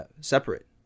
separate